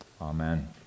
Amen